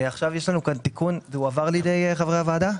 יש לנו כאן תיקון שטרם הועבר לחברי הוועדה.